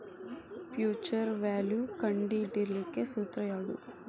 Future value ಕಂಢಿಡಿಲಿಕ್ಕೆ ಸೂತ್ರ ಯಾವ್ದು?